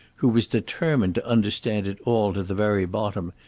who was determined to understand it all to the very bottom,